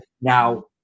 Now